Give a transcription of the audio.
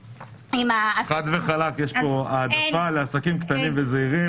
חד וחלק יש פה העדפה לעסקים קטנים וזעירים.